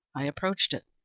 i approached it,